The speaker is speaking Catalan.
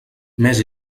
més